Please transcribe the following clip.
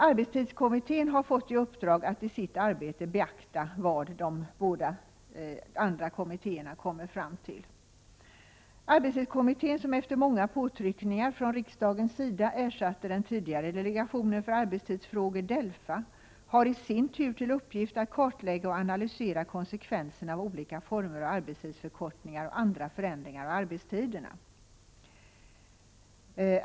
Arbetstidskommittén har fått i uppdrag att i sitt arbete beakta vad de båda andra kommittéerna kommer fram till. Arbetstidskommittén, som efter många påtryckningar från riksdagens sida ersatte den tidigare delegationen för arbetstidsfrågor, Delfa, har i sin tur till uppgift att kartlägga och analysera konsekvenserna av olika former av arbetstidsförkortningar och andra förändringar av arbetstiderna.